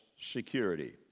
security